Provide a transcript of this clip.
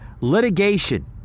litigation